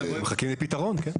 מחכים לפתרון, כן.